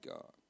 God